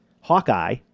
Hawkeye